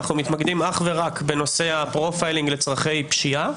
אנו מתמקדים אך ורק בנושאי הפרופיילינג לצורכי פשיעה.